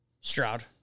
Stroud